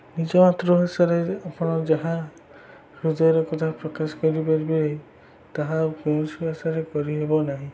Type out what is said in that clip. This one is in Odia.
ନିଜ ମାତୃଭାଷାରେ ଆପଣ ଯାହା ରୋଜଗାର କଥା ପ୍ରକାଶ କରିପାରିବେ ତାହା ଆଉ କୌଣସି ଭାଷାରେ କରିହେବ ନାହିଁ